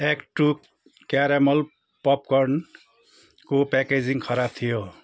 act two caramel पपकर्नको packaging खराब थियो